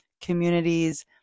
communities